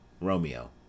ROMEO